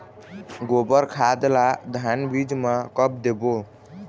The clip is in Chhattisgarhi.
गोबर खाद ला धान बीज म कब देबो?